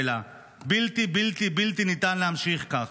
בלתי בלתי בלתי ניתן להמשיך כך.